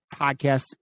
podcast